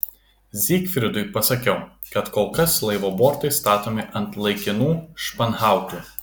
zygfridui pasakiau kad kol kas laivo bortai statomi ant laikinų španhautų